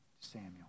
Samuel